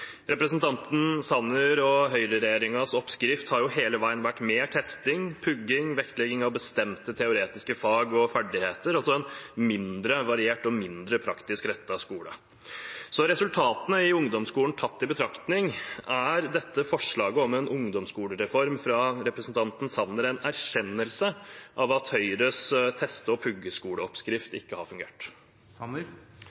Representanten Sanner og høyreregjeringens oppskrift har hele veien vært mer testing, pugging, vektlegging av bestemte teoretiske fag og ferdigheter – altså en mindre variert og mindre praktisk rettet skole. Resultatene i ungdomsskolen tatt i betraktning: Er dette forslaget om en ungdomsskolereform fra representanten Sanner en erkjennelse av at Høyres teste- og